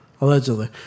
allegedly